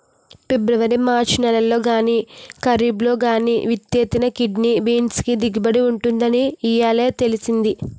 February మార్చి నెలల్లో గానీ, కరీబ్లో గానీ విత్తితేనే కిడ్నీ బీన్స్ కి దిగుబడి ఉంటుందని ఇయ్యాలే తెలిసింది